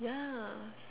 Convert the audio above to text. ya